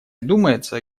думается